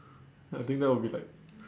I think that would be like